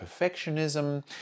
perfectionism